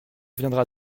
viendra